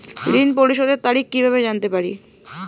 ঋণ পরিশোধের তারিখ কিভাবে জানতে পারি?